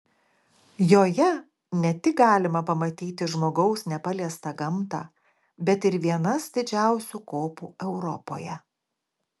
joje ne tik galima pamatyti žmogaus nepaliestą gamtą bet ir vienas didžiausių kopų europoje